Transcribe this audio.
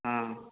ہاں